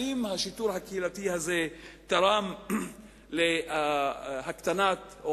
האם השיטור הקהילתי הזה תרם להקטנת או